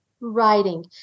writing